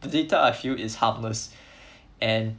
the data I feel is harmless and